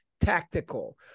tactical